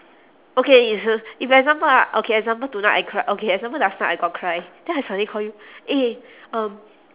okay is a if example ah okay example tonight I cr~ okay example last night I got cry then I suddenly call you eh um